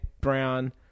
brown